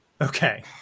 Okay